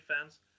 fans